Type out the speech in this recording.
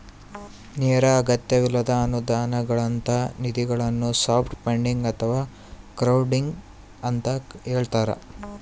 ನೇರ ಅಗತ್ಯವಿಲ್ಲದ ಅನುದಾನಗಳಂತ ನಿಧಿಗಳನ್ನು ಸಾಫ್ಟ್ ಫಂಡಿಂಗ್ ಅಥವಾ ಕ್ರೌಡ್ಫಂಡಿಂಗ ಅಂತ ಹೇಳ್ತಾರ